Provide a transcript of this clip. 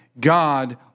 God